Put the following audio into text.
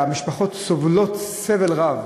שהמשפחות סובלות סבל רב.